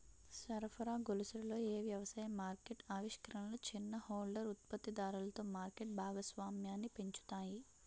సరఫరా గొలుసులలో ఏ వ్యవసాయ మార్కెట్ ఆవిష్కరణలు చిన్న హోల్డర్ ఉత్పత్తిదారులలో మార్కెట్ భాగస్వామ్యాన్ని పెంచుతాయి?